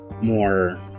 more